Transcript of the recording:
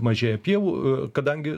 mažėja pievų kadangi